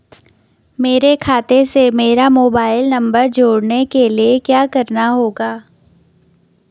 मेरे खाते से मेरा मोबाइल नम्बर जोड़ने के लिये क्या करना होगा?